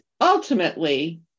ultimately